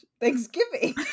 thanksgiving